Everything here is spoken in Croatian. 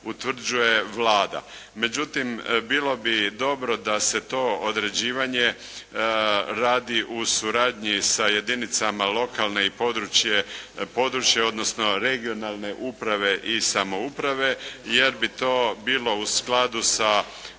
utvrđuje Vlada. Međutim, bilo bi dobro da se to određivanje radi u suradnji sa jedinicama lokalne i područne odnosno regionalne uprave i samouprave, jer bi to bilo u skladu sa,